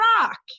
Rock